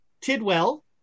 Tidwell